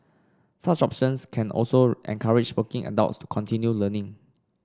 such options can also encourage working adults to continue learning